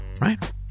right